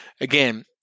again